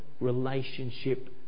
relationship